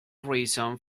reason